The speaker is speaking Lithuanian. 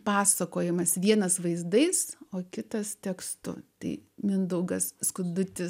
pasakojimas vienas vaizdais o kitas tekstu tai mindaugas skudutis